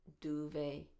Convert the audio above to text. Duvet